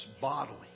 bodily